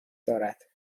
دارد